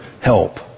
help